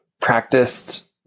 practiced